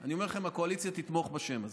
אני אומר לכם שהקואליציה תתמוך בשם הזה,